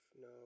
No